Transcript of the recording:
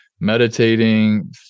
meditating